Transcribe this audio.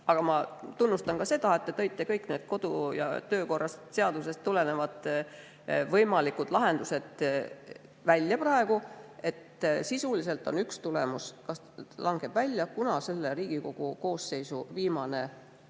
Aga ma tunnustan ka seda, et te tõite kõik need kodu‑ ja töökorra seadusest tulenevad võimalikud lahendused praegu välja. Sisuliselt on üks tulemus: [eelnõu] langeb välja, kuna see on selle Riigikogu koosseisu viimane